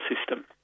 system